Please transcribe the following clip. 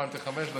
הבנתי שחמש דקות.